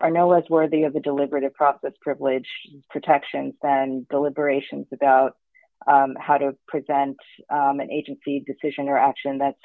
are no less worthy of the deliberative process privilege protections and deliberations about how to present an agency decision or action that